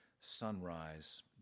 sunrise